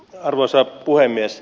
arvoisa puhemies